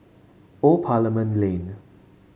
Old Parliament Lane